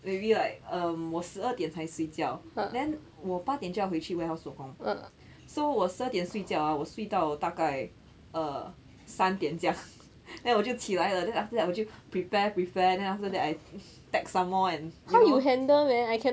maybe like um 我十二点才睡觉 then 我八点就要回去 warehouse 做工 so 我十二点睡觉 ah 我睡到大概 err 三点这样 then 我就起来了 then after that 我就 prepare prepare then after that I text some more and you know